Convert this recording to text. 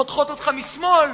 חותכות אותך משמאל.